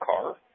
car